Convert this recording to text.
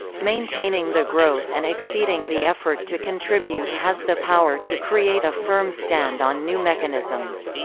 maintaining the growth and exceeding the effort to contribute has the power to create a firm stand on new mechanisms.